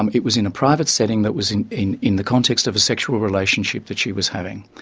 um it was in a private setting that was in. in in the context of a sexual relationship that she was having.